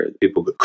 people